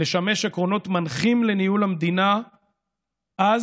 לשמש עקרונות מנחים לניהול המדינה אז